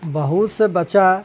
बहुत से बच्चा